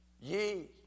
Ye